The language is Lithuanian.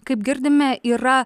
kaip girdime yra